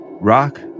Rock